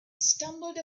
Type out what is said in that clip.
stumbled